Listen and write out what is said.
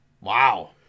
Wow